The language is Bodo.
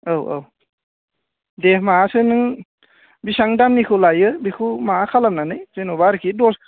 औ औ दे माबासो नों बेसाेबां दामनिखौ लायो बेखौ माबा खालामनानै जेनेबा आरोखि दस